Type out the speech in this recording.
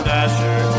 Dasher